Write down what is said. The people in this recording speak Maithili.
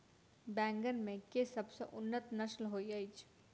बैंगन मे केँ सबसँ उन्नत नस्ल होइत अछि?